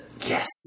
Yes